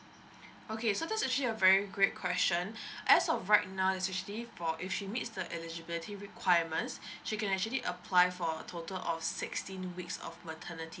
okay so that's actually a very great question as of right now is actually for if she meets the eligibility requirements she can actually apply for total of sixteen weeks of maternity